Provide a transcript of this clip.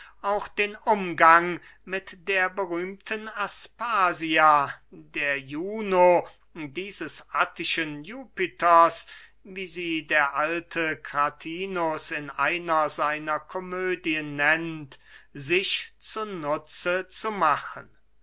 auch den umgang mit der berühmten aspasia der juno dieses attischen jupiters wie sie der alte kratinus in einer seiner komödien nennt sich zu nutze zu machen